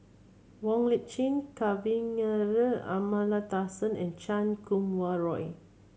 Wong Lip Chin Kavignareru Amallathasan and Chan Kum Wah Roy